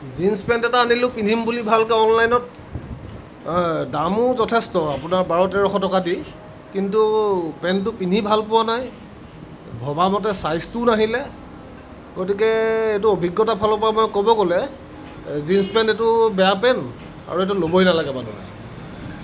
jeans pant এটা আনিলোঁ পিন্ধিম বুলি ভালকৈ অনলাইনত দামো যথেষ্ট আপোনাৰ বাৰ তেৰশ টকা দি কিন্তু পেনটো পিন্ধি ভাল পোৱা নাই ভবা মতে ছাইজটোও নাহিলে গতিকে এইটো অভিজ্ঞতাৰ ফালৰ পৰা মই ক'ব গ'লে জীনছ্ পেণ্ট এইটো বেয়া পেণ্ট আৰু এইটো ল'বই নালাগে মানুহে